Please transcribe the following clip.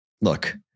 Look